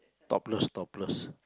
topless topless